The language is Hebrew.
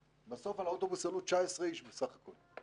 בסוף על האוטובוס עלו 19 איש בסך הכל.